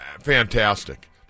fantastic